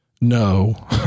no